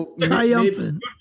triumphant